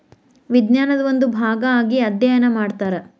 ವಿಜ್ಞಾನದ ಒಂದು ಭಾಗಾ ಆಗಿ ಅದ್ಯಯನಾ ಮಾಡತಾರ